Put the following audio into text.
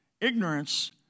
Ignorance